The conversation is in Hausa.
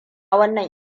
wannan